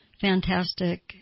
fantastic